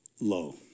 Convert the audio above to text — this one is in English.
low